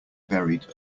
buried